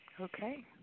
Okay